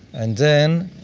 and then,